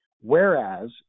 Whereas